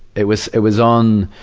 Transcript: it was it was on,